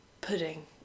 pudding